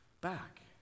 back